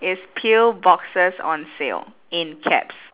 is pill boxes on sale in caps